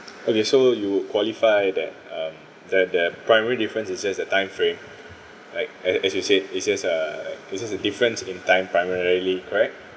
okay so you qualify that um that that primary difference it's just the time frame like as as you said it's just uh it's just a difference in time primarily correct